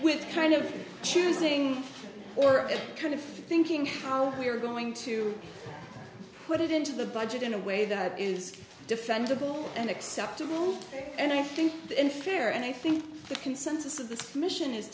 with kind of choosing or that kind of thinking how we are going to put it into the budget in a way that is defensible and acceptable and i think that in fair and i think the consensus is this mission is